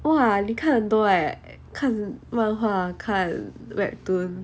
!wah! 你看很多 eh 看漫画看 webtoon